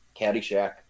Caddyshack